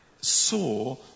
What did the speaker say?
saw